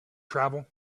travel